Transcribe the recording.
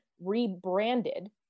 rebranded